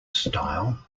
style